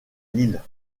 lille